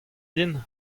din